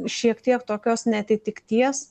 šiek tiek tokios neatitikties